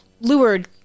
lured